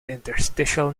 interstitial